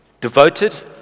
Devoted